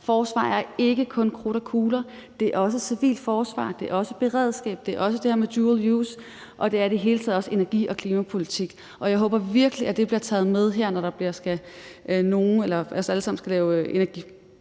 Forsvar er ikke kun krudt og kugler, det er også civilt forsvar, det er også beredskab, det er også det her med dual use, og det er i det hele taget også energi- og klimapolitik, og jeg håber virkelig, at det bliver taget med her, når vi skal med til